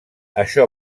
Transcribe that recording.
això